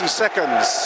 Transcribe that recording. seconds